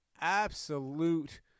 absolute